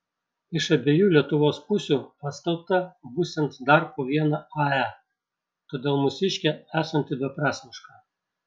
iš abiejų lietuvos pusių paskelbta būsiant dar po vieną ae todėl mūsiškė esanti beprasmiška